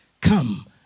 Come